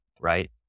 right